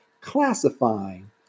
classifying